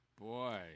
Boy